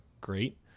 great